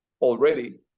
already